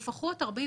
לפחות 48,